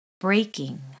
breaking